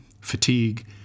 Fatigue